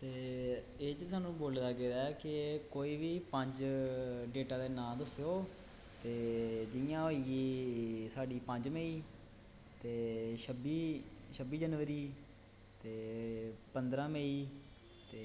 ते एह्दे च सानूं बोल्लेआ गेदा ऐ के कोई बी पंज डेटां दे नांऽ दस्सेओ ते जियां होई गेई साढ़ी पंज मेई ते छब्बी छब्बी जनवरी ते पंदरां मेई ते